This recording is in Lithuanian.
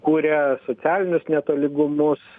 kuria socialinius netolygumus